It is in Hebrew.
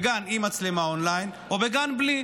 בגן עם מצלמה און-ליין או בגן בלי.